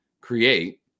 create